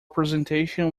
presentation